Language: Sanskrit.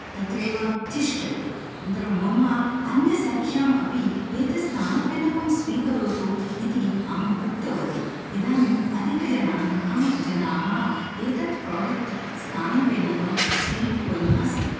तत्रैव तिष्ठति अनन्तरं मम अन्य सख्यामपि एतत् स्नानफेनकं स्वीकरोतु इति अहम् उक्तवती इदानीं अधिकजनां जनाः एतत् प्रोडक्ट् स्नानफेनकं स्वीकुर्वन् अस्मि